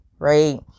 right